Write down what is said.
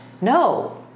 No